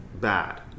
bad